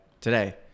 Today